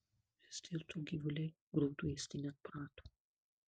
vis dėlto gyvuliai grūdų ėsti neatprato